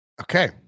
Okay